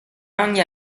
ogni